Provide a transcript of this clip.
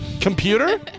Computer